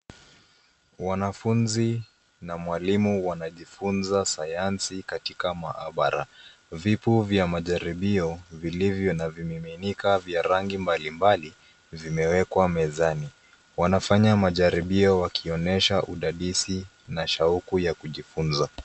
Wanafunzi na mwalimu wanajifunza sayansi, katika maabara. Vipu vya majaribio vilivyo navimiminika vya rangi mbali mbali vimewekwa mezani. Wanafanya majaribio wakionesha udadisi na shauku ya kujifunza.